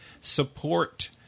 support